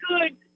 good